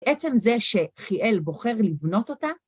עצם זה שחיאל בוחר לבנות אותה.